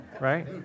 right